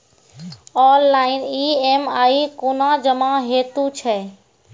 Online EMI कूना जमा हेतु छै?